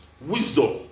Wisdom